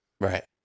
Right